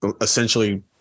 essentially